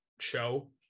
show